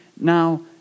now